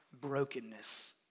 brokenness